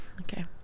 Okay